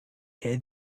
heard